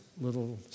little